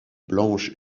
blanches